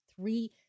three